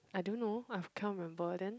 I don't know I can't remember then